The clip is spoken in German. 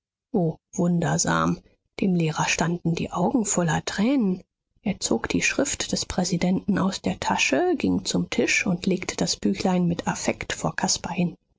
wundersam dem lehrer standen die augen voller tränen er zog die schrift des präsidenten aus der tasche ging zum tisch und legte das büchlein mit affekt vor caspar hin